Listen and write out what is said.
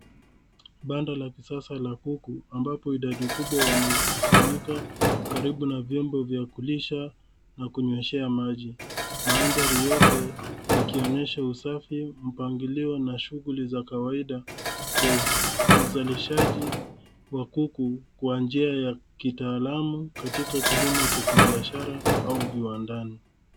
Banda la kisasa la kuku, ambapo idadi kubwa wamekusanyika karibu na vyombo vya kulisha na kunyweshea maji. Maandhari yote yakionyesha usafi, mpangilio na shughuli za kawaida za uzalishaji wa kuku kua njia ya kitaalamu kilimo cha kibiashara au viwandani